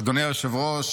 אדוני היושב-ראש,